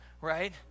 right